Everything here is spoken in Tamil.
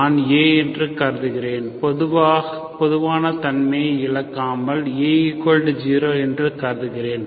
நான் A என்று கருதுகிறேன் பொதுவான தன்மையை இழக்காமல் A0 என்று கருதுகிறேன்